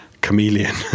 chameleon